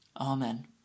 Amen